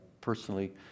personally